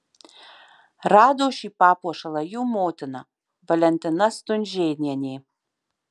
rado šį papuošalą jų motina valentina stunžėnienė